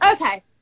Okay